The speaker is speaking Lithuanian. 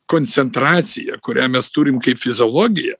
koncentracija kurią mes turim kaip fiziologiją